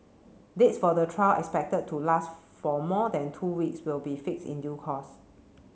dates for the trial expected to last for more than two weeks will be fixed in due course